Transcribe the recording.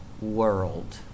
world